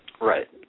Right